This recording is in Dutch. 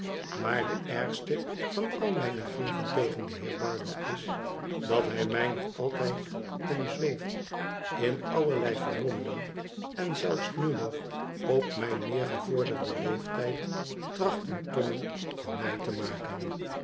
maar de ergste van al mijne grieven tegen den heer barlow is dat hij mij nog altijd omzweeft in allerlei vermommingen en zelfs nu nog op mijn meer gevorderden leeftijd tracht een tommy van mij te maken